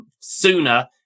sooner